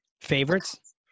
Favorites